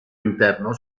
interno